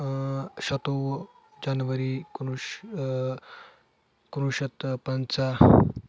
شَتووُہ جَنوری کُنوُ کُنوُہ شیٚتھ تہٕ پَنژاہ